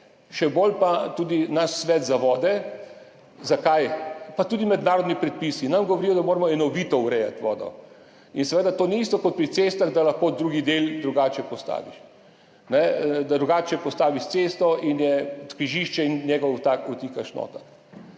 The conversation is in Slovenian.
še bolj pa tudi naš svet za vode. Zakaj? Pa tudi mednarodni predpisi nam govorijo, da moramo enovito urejati vodo. In seveda to ni isto kot pri cestah, da lahko drugi del drugače postaviš, drugače postaviš cesto in križišče in njega vtikaš noter.